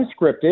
unscripted